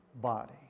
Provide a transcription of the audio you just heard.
body